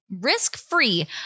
risk-free